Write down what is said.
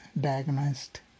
diagnosed